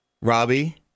Robbie